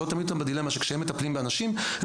שלא תעמידו אותם בדילמה שכשהם מטפלים באנשים הם